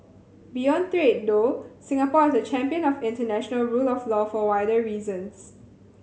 beyond trade though Singapore is a champion of international rule of law for wider reasons